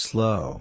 Slow